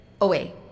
Away